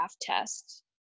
test